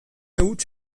huts